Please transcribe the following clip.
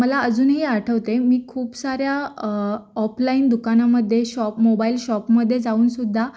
मला अजूनही आठवते मी खूप साऱ्या ऑपलाईन दुकानामध्ये शॉप मोबाईल शॉपमध्ये जाऊन सुद्धा